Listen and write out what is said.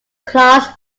glass